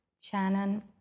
Shannon